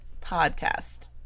podcast